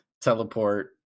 teleport